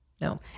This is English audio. No